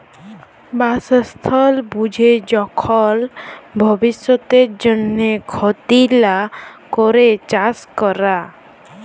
বাসস্থাল বুঝে যখল ভব্যিষতের জন্হে ক্ষতি লা ক্যরে চাস ক্যরা